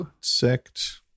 sect